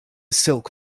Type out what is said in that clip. silk